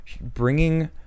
bringing